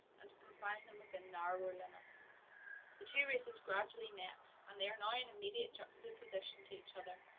and to confine them within narrower limits the two races gradually met, and they are now in immediate juxtaposition to each other.